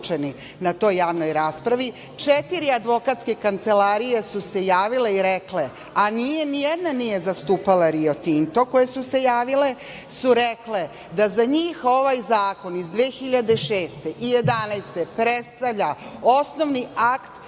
na toj javnoj raspravi. Četiri advokatske kancelarije su se javile i rekle, a ni jedna nije zastupala „Rio Tinto“ od njih koje su se javile i rekle su da za njih ovaj zakon iz 2006. i 2011. godine predstavlja osnovni akt